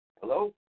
Hello